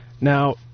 Now